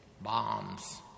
bombs